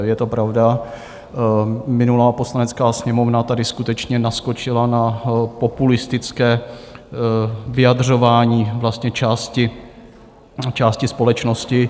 Je to pravda, minulá Poslanecká sněmovna tady skutečně naskočila na populistické vyjadřování vlastně části společnosti.